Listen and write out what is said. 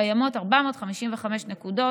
קיימות 455 נקודות